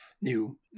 new